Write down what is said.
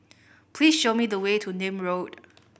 please show me the way to Nim Road